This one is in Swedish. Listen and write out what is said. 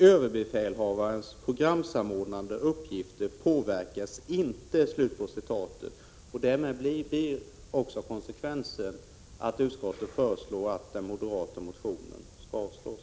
Överbefälhavarens programsamordnande uppgifter påverkas inte.” Därmed blir också konsekvensen att utskottet föreslår att den moderata motionen skall avslås.